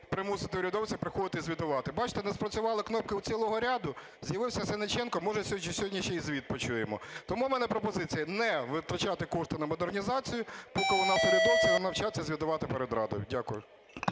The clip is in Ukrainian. примусити урядовця приходити і звітувати. Бачите, не спрацювали кнопки у цілого ряду – з'явився Сенниченко, може, сьогодні ще й звіт почуємо. Тому в мене пропозиція не витрачати кошти на модернізацію, поки у нас урядовці не навчаться звітувати перед Радою. Дякую.